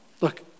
Look